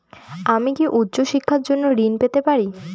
আমি কি উচ্চ শিক্ষার জন্য ঋণ পেতে পারি?